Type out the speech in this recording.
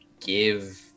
give